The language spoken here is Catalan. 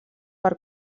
per